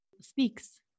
speaks